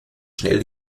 schnell